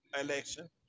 election